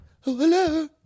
hello